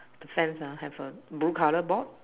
the fence ah have a blue color board